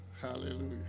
Hallelujah